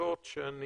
שאני